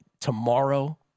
tomorrow